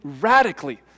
radically